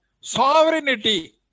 sovereignty